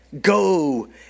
go